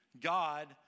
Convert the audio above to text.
God